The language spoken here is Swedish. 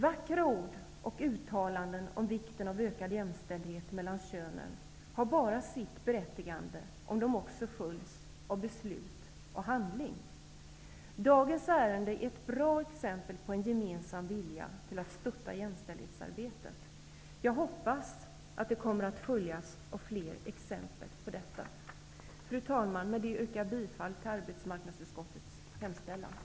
Vackra ord och uttalanden om vikten av ökad jämställdhet mellan könen har bara sitt berättigande om de också följs av beslut och handling. Dagens ärende är ett bra exempel på en gemensam vilja att stötta jämställdhetsarbetet. Jag hoppas att det kommer att följas av fler exempel. Fru talman! Med det yrkar jag bifall till arbetsmarknadsutskottets hemställan.